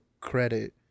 credit